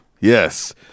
Yes